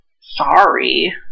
Sorry